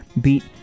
beat